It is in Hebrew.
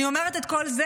אני אומרת את כל זה,